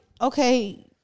okay